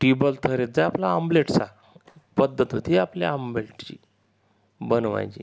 टिबल थर येत जा आपल्या आम्लेटचा पद्धत होती आपल्या आंबेलची बनवायची